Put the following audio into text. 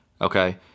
Okay